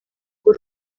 bw’u